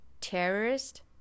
terrorist